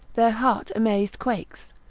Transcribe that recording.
their heart amazed quakes,